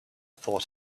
thought